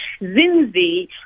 Zinzi